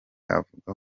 avuga